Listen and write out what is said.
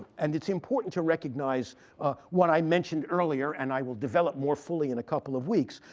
and it's important to recognize what i mentioned earlier, and i will develop more fully in a couple of weeks,